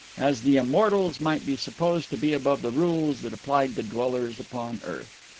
as the immortals might be supposed to be above the rules that applied to dwellers upon earth.